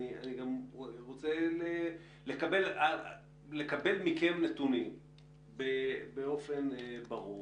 אני גם רוצה לקבל מכם נתונים באופן ברור